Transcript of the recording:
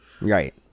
right